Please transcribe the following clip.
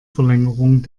verlängerung